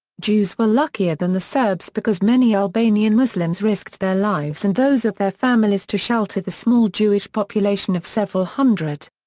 jews were luckier than the serbs because many albanian muslims risked their lives and those of their families to shelter the small jewish population of several hundred.